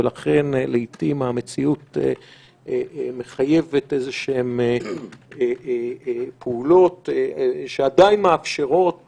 ולכן לעיתים המציאות מחייבת איזשהן פעולות שעדיין מאפשרות